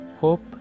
Hope